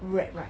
wrap right